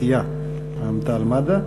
הסיעה רע"ם-תע"ל-מד"ע.